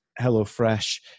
HelloFresh